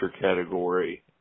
category